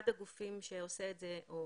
אחד הגופים שעושה זה הוא